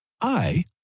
I